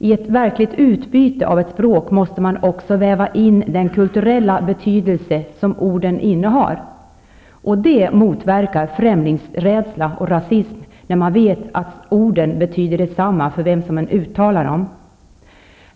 I ett verkligt utbyte av ett språk måste man också väva in den kulturella betydelse som orden har. Det faktum att man vet att orden betyder detsamma vem som än uttalar dem motverkar främlingsrädsla och rasism.